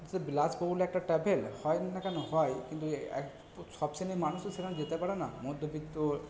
হচ্ছে বিলাসবহুল একটা ট্র্যাভেল হয় না কেন হয় কিন্তু এক সব শ্রেণীর মানুষ তো সেখানে যেতে পারে না মধ্যবিত্ত